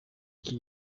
iki